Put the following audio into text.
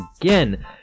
again